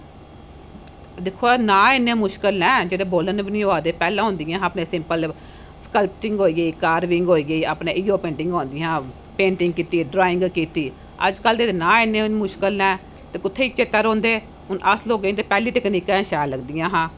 दिक्खो हां नांऽ गै इन्ने मुशकिल ऐ जेहडे़ बोलन बी नेई होआ दे पैहलें होंदियां हियां अपने सिंपल स्कलपटिंग होई गेई कारविंग होई गेई अपने इयो पेंटिंग होंदियां हियां पेंटिंग कीती ड्राइंग कीती अजकल ते नां गै इन्ने मुश्कल नांऽ ते कुत्थै चेता रौंहदे हून अस लोकें गी ते इंदी पैहली टॅक्निका गै शैल लगदियां हियां